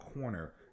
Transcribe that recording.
corner